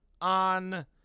on